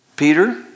Peter